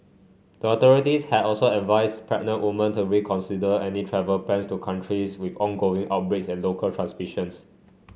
the authorities had also advised pregnant woman to reconsider any travel plans to countries with ongoing outbreaks and local transmissions